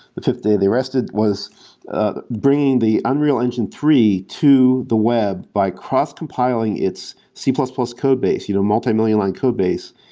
the fifth day they rested, was bringing the unreal engine three to the web by cross compiling its c plus plus code base, you know multimillion line code base,